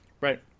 Right